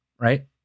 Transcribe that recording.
right